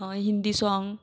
Hindi song